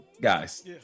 guys